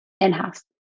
in-house